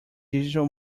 digital